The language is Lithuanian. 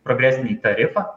progresinį tarifą